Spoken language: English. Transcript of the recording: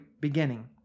beginning